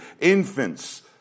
infants